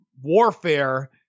warfare